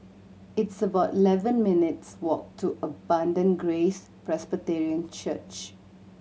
it's about eleven minutes walk to Abundant Grace Presbyterian Church